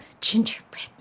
gingerbread